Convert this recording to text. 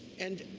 and,